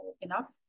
enough